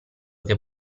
che